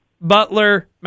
butler